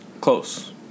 Close